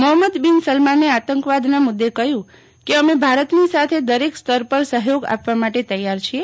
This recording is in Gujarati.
મોહમ્મદ બિન સલમાને આતંકવાદના મુદ્દે કહ્યું કે અમે ભારતની સાથે દરેક સ્તર પર સહયોગ આપવા માટે તૈયાર છીએ